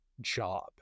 job